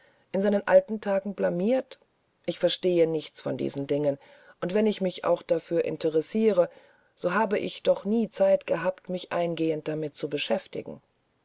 in seinen alten tagen blamiere ich verstehe nichts von diesen dingen und wenn ich mich auch dafür interessiere so habe ich doch nie zeit gehabt mich eingehend damit zu beschäftigen